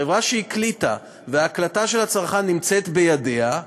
חברה שהקליטה וההקלטה של הצרכן נמצאת בידיה,